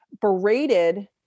berated